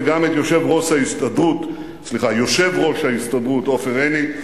וגם את יושב-ראש ההסתדרות עופר עיני.